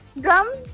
drum